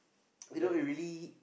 you know it really